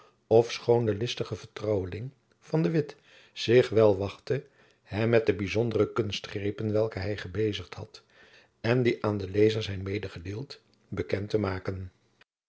ofschoon de listige vertrouweling van de witt zich wel wachtte hem met de byzondere kunstgrepen welke hy gebezigd had en die aan den lezer zijn medegedeeld bekend te maken